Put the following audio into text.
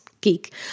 geek